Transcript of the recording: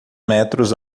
metros